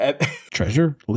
Treasure